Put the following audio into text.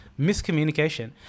miscommunication